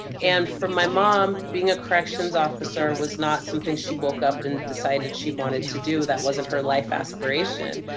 and, for my mom, being a corrections officer was not something she woke up and decided she wanted to do. that wasn't her life aspiration.